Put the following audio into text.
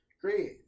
great